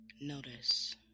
notice